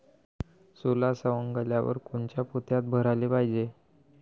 सोला सवंगल्यावर कोनच्या पोत्यात भराले पायजे?